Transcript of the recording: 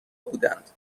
بودند